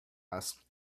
asked